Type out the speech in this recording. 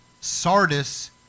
Sardis